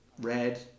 red